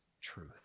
truth